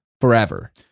forever